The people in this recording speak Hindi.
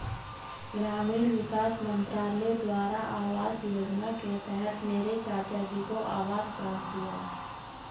ग्रामीण विकास मंत्रालय द्वारा आवास योजना के तहत मेरे चाचाजी को आवास प्राप्त हुआ